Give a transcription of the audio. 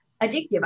addictive